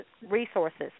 resources